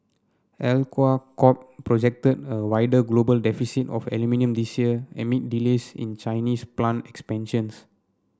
Alcoa Corp projected a wider global deficit of aluminium this year amid delays in Chinese plant expansions